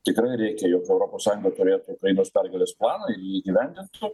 tikrai reikia jog europos sąjunga turėtų ukrainos pergalės planą ir jį įgyvendintų